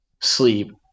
sleep